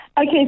Okay